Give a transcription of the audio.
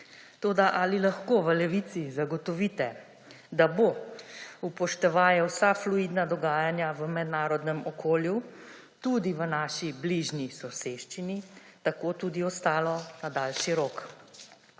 Toda, ali lahko v Levici zagotovite, da bo, upoštevaje vsa fluidna dogajanja v mednarodnem okolju, tudi v naši bližnji soseščini tako tudi ostalo na daljši rok?